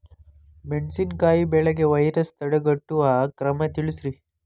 ಮೆಣಸಿನಕಾಯಿ ಬೆಳೆಗೆ ವೈರಸ್ ತಡೆಗಟ್ಟುವ ಕ್ರಮ ತಿಳಸ್ರಿ